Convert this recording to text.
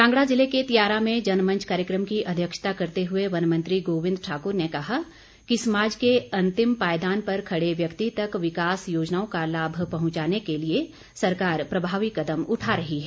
कांगड़ा ज़िले के तियारा में जनमंच कार्यक्रम की अध्यक्षता करते हुए वन मंत्री गोविंद ठाकुर ने कहा कि समाज के अंतिम पायदान पर खड़े व्यक्ति तक विकास योजनाओं का लाभ पहुंचाने के लिए सरकार प्रभावी कदम उठा रही है